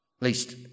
least